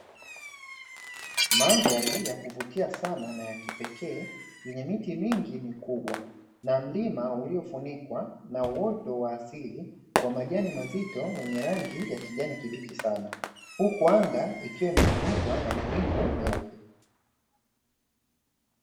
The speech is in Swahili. Mandhari yakuvutia na yakipekee yenye miti mingi mikubwa na mlima uliofunikwa na uwoto wa asili kwa majani mazito ya rangi ya kijani kibichi sana, huku anga likiwa limefunikwa na mawingu meupe.